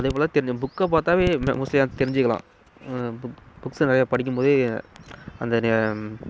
அதே போல புக்கை பார்த்தாவே மோஸ்ட்லீ தெரிஞ்சுக்கிலாம் புக் புக்ஸை நிறைய படிக்கும்போதே அந்த